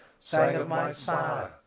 sang of my sire,